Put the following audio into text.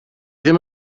ddim